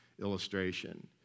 illustration